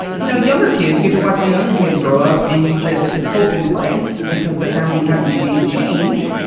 you know, younger kids, you get to watch the younger kids grow up, and you just hope and pray, because the family hasn't made change,